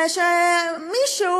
ומישהו,